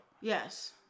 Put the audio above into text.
Yes